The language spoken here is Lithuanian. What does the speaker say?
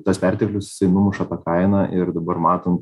tas perteklius jisai numuša tą kainą ir dabar matom